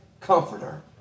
comforter